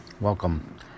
welcome